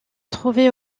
trouvait